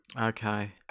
Okay